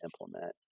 implement